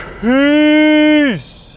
Peace